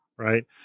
Right